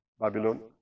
Babylon